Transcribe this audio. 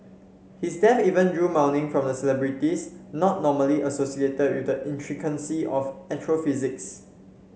his death even drew mourning from celebrities not normally associated with the intricacies of astrophysics